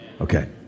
okay